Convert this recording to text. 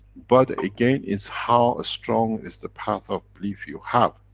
but, again is how strong is the path of belief you have,